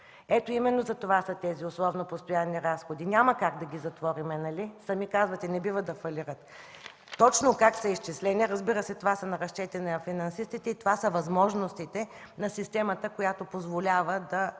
Ето, именно затова са тези условно постоянни разходи. Няма как да ги затворим, нали? Сами казвате – не бива да фалират. Точно как са изчислени – разбира се, това са разчети на финансистите и това са възможностите на системата, която позволява да